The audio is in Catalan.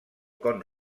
con